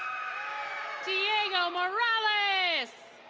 diego morales.